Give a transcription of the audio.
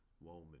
woman